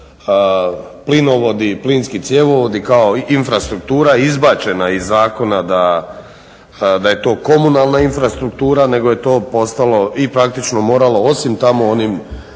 plinovodi i plinski cjevovodi kao infrastruktura izbačena iz zakona da je to komunalna infrastruktura, nego je to postalo i praktičko moralo osim tamo u onim